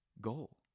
goal